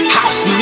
house